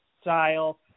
style